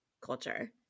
culture